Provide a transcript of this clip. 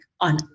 on